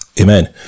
Amen